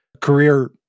career